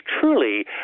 truly